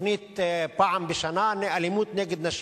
כתוכנית פעם בשנה, אלימות נגד נשים.